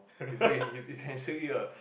it's why it's essentially a